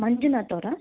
ಮಂಜುನಾಥ್ ಅವರಾ